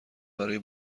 برای